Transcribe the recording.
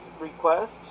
request